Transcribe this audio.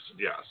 yes